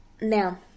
now